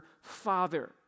father